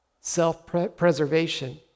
self-preservation